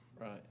Right